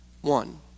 One